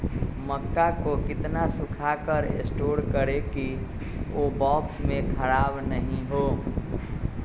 मक्का को कितना सूखा कर स्टोर करें की ओ बॉक्स में ख़राब नहीं हो?